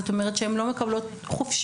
זאת אומרת שהן לא מקבלות חופשות,